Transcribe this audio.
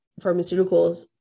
pharmaceuticals